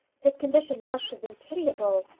his condition must have been pitiable.